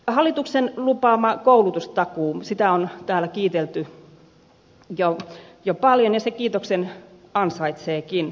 hallituksen lupaamaa koulutustakuuta on täällä kiitelty jo paljon ja se kiitoksen ansaitseekin